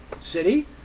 City